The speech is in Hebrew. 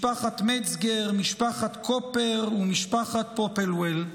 משפחת מצגר, משפחת קופר ומשפחת פופלוול,